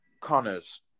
connor's